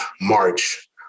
March